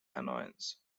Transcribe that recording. annoyance